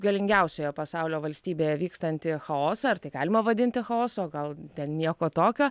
galingiausioje pasaulio valstybėje vykstantį chaosą ar tai galima vadinti chaosu o gal ten nieko tokio